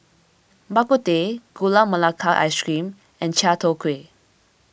Bak Kut Teh Gula Melaka Ice Cream and Chai Tow Kway